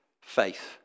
faith